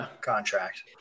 contract